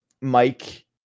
Mike